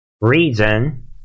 reason